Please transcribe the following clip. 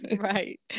Right